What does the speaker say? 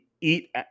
Eat